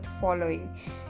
following